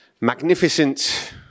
magnificent